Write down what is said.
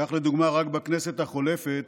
כך לדוגמה, רק בכנסת החולפת